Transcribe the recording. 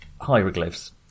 hieroglyphs